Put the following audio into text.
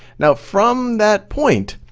now from that point,